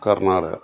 Karnataka